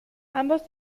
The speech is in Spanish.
ambos